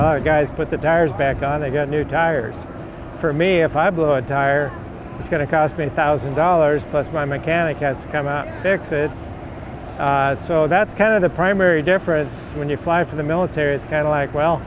they guys put the tires back on i got new tires for me if i blew a tire it's going to cost me a thousand dollars plus my mechanic has come out fix it so that's kind of the primary difference when you fly for the military it's kind of like well